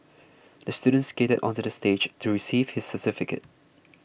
the student skated onto the stage to receive his certificate